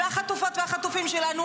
והחטופות והחטופים שלנו,